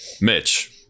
Mitch